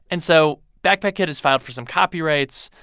and so backpack kid has filed for some copyrights,